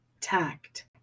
tact